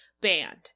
banned